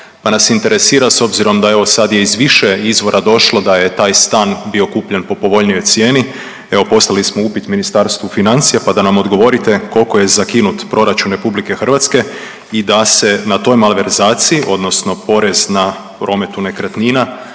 pa nas interesira, s obzirom da evo, sad je iz više izvora došlo da je taj stan bio kupljen po povoljnijoj cijeni, evo poslali smo upit Ministarstvu financija pa da nam odgovorite koliko je zakinut proračun RH i da se na toj malverzaciji odnosno porez na prometu nekretnina,